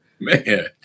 Man